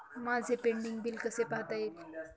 माझे pending bill कसे पाहता येईल?